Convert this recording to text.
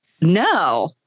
No